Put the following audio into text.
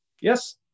yes